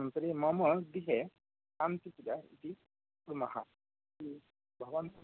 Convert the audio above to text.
तर्हि मम गृहे शान्ति पूजा कुर्मः भवान्